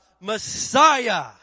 Messiah